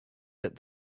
that